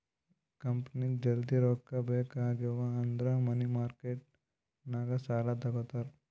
ಕಂಪನಿಗ್ ಜಲ್ದಿ ರೊಕ್ಕಾ ಬೇಕ್ ಆಗಿವ್ ಅಂದುರ್ ಮನಿ ಮಾರ್ಕೆಟ್ ನಾಗ್ ಸಾಲಾ ತಗೋತಾರ್